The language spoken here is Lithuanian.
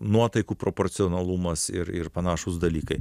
nuotaikų proporcionalumas ir ir panašūs dalykai